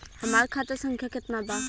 हमार खाता संख्या केतना बा?